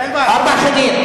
ארבע שנים.